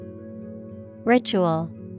Ritual